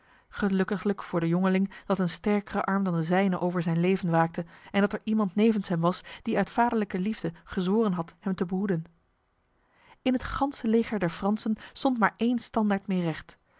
gelukkiglijk voor de jongeling dat een sterkere arm dan de zijne over zijn leven waakte en dat er iemand nevens hem was die uit vaderlijke liefde gezworen had hem te behoeden in het ganse leger der fransen stond maar een standaard meer recht